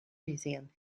museum